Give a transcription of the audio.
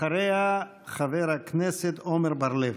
אחריה, חבר הכנסת עמר בר לב.